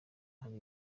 hari